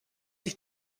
ich